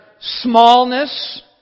smallness